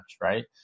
right